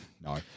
No